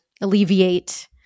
alleviate